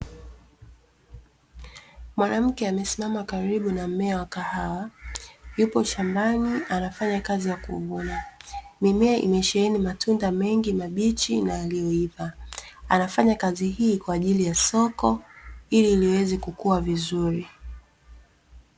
Mwanamke amesimama karibu na mmea wa kahawa, yupo shambani anafanya kazi ya kuvuna, mimea imesheheni matunda mengi mabichi na yaliyoiva, anafanya kazi hii kwa ajili ya soko ili liweze kukua vizuri.